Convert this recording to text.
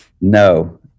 No